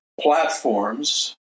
Platforms